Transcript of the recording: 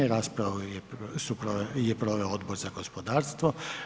Raspravu je proveo Odbor za gospodarstvo.